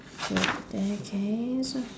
in that case